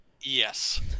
Yes